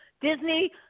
Disney